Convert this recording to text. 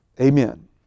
Amen